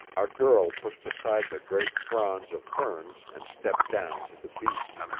a girl pushed aside the great fronds of ferns and stepped down to the beach.